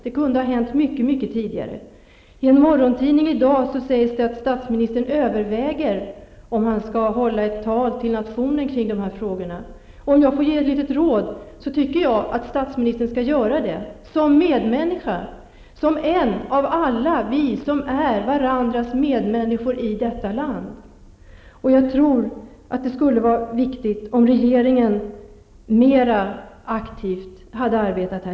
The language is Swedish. Det kunde ha gjorts mycket tidigare. I en av dagens morgontidningar sägs det att statsministern överväger om han skall hålla ett tal till nationen i de här frågorna. Om jag får ge ett litet råd, tycker jag att statsministern skall göra det, som medmänniska, som en av oss andra i detta land. Jag tror också att det skulle ha varit betydelsefullt om regeringen hade arbetat mer aktivt.